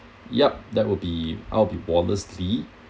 yup that will be I'll be